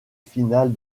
finale